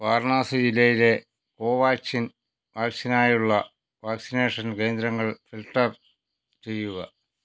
വാരണാസി ജില്ലയിലെ കോവാക്സിൻ വാക്സിനിനായുള്ള വാക്സിനേഷൻ കേന്ദ്രങ്ങൾ ഫിൽട്ടർ ചെയ്യുക